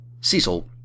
Cecil